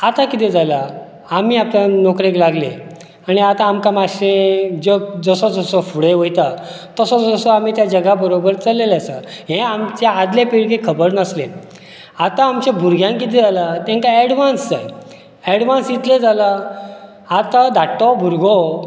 आतां कितें जालां आमी आता नोकरेक लागले आनी आता आमकां आमकां मातशें जग जसो जसो फुडें वयता तसो तसो आमी त्या जगा बरोबर चल्लेले आसा हे आमच्या आदल्या पिळगेक खबर नासले आता आमच्या भुरग्यांक कितें जाला तेंका ऍडवान्स जाय ऍडवान्स इतलें जालां आता धाकटो भुरगो